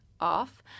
off